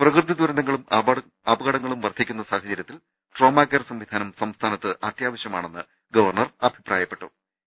പ്രകൃതിദുരന്തങ്ങളും അപകടങ്ങളും വർധിക്കുന്ന സാഹചര്യത്തിൽ ട്രോമകെയർ സംവിധാനം സംസ്ഥാനത്ത് അത്യാവശ്യമാണെന്ന് ഗവർണർ അഭിപ്രായപ്പെട്ടു